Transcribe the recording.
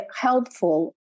helpful